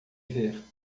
ver